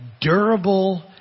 durable